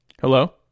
Hello